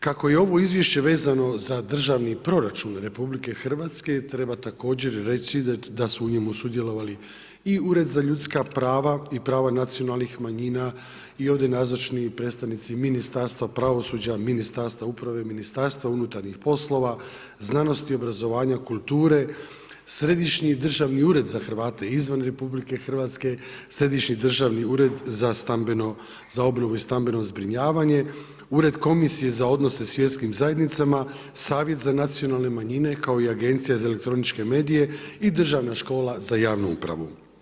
Kako je ovo izvješće vezano za državni proračun RH, treba također reći da su u njemu sudjelovali i Ured za ljudska prava i prava nacionalnih manjina i ovdje nazočni predstavnici Ministarstva pravosuđa, Ministarstva uprave, MUP-a, znanosti i obrazovanja, kulture, Središnji državni ured za Hrvate izvan RH, Središnji državni ured za obnovu i stambeno zbrinjavanje, Ured komisije za odnose s vjerskim zajednicama, Savjet za nacionalne manjine, kao i Agencija za elektroničke medije i Državna škola za javnu upravu.